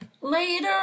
Later